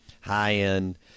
high-end